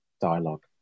dialogue